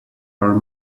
are